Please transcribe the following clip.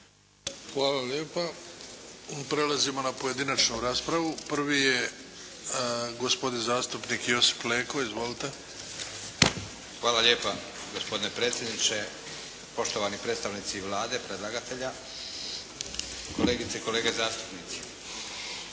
Hvala lijepa. Prelazimo na pojedinačnu raspravu. Prvi je gospodin zastupnik Josip Leko. Izvolite. **Leko, Josip (SDP)** Hvala lijepa. Gospodine predsjedniče, poštovani predstavnici Vlade predlagatelja, kolegice i kolege zastupnici.